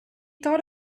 thought